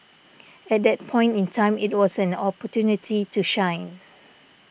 at that point in time it was an opportunity to shine